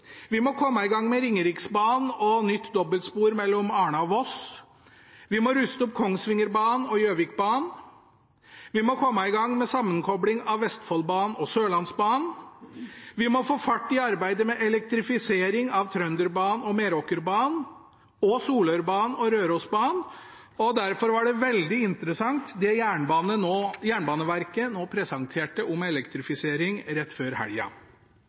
Vi må komme i gang med Ringeriksbanen og nytt dobbeltspor mellom Arna og Voss. Vi må ruste opp Kongsvingerbanen og Gjøvikbanen. Vi må komme i gang med sammenkobling av Vestfoldbanen og Sørlandsbanen. Vi må få fart i arbeidet med elektrifisering av Trønderbanen og Meråkerbanen og Solørbanen og Rørosbanen, og derfor var det veldig interessant det Jernbaneverket nå presenterte om elektrifisering rett før